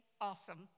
awesome